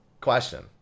Question